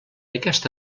aquest